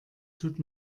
tut